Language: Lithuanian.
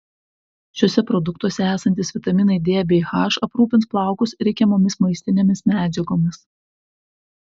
šiuose produktuose esantys vitaminai d bei h aprūpins plaukus reikiamomis maistinėmis medžiagomis